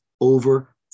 over